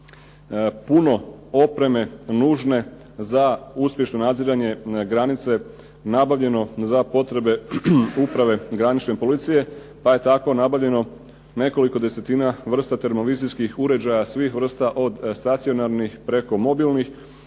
puno opreme nužne za uspješno nadziranje granice nabavljeno za potrebe Uprave granične policije pa je tako nabavljeno nekoliko desetina vrsta termovizijskih uređaja svih vrsta od stacionarnih preko mobilnih.